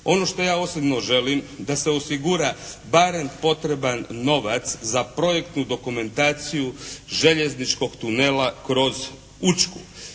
Ono što ja osobno želim da se osigura barem potreban novac za projektnu dokumentaciju željezničkog tunela kroz Učku.